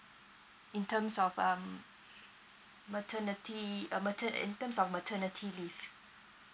in terms of um maternity uh mater~ in terms of maternity leave